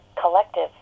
collective